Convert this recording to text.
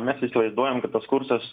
mes įsivaizduojam kad tas kursas